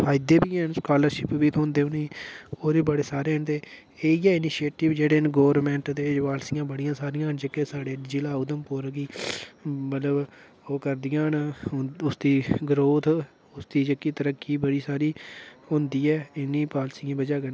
फायदे बी हैन स्कालरशिप बी थ्होंदे उ'नेंगी होर बी बड़े सारे न ते इयै इनीशिएटिव जेह्ड़े न गोरमेन्ट दे पालिसियां बाड़ियां सारियां न जेह्के साढ़ै जि'ला उधमपुर गी मतलब ओह् करदियां न उसदी ग्रोथ उसदी जेह्की तरक्की बड़ी सारी होंदी ऐ इ'नें पोलिसियें वजह कन्नै